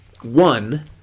one